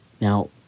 Now